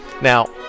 Now